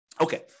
Okay